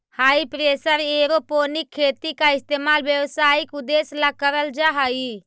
हाई pressure aeroponic खेती का इस्तेमाल व्यावसायिक उद्देश्य ला करल जा हई